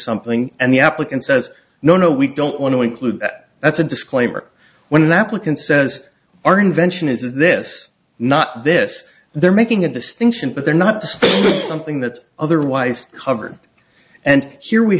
something and the applicant says no no we don't want to include that that's a disclaimer when that click and says our invention is this not this they're making a distinction but they're not something that otherwise covered and here we